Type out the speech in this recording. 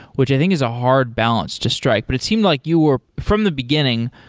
which i think is a hard balance to strike. but it seemed like you were, from the beginning,